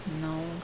no